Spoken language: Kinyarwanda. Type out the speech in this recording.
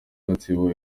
gatsibo